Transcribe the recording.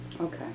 Okay